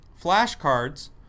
flashcards